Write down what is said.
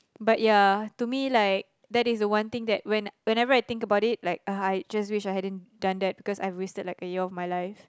but ya to me like that is the one thing that when whenever I think about it like I just wish I hadn't done that because I wasted like a year of my life